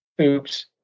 Oops